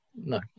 No